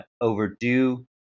overdue